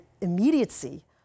immediacy